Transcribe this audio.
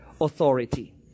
authority